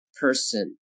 person